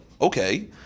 Okay